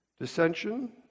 dissension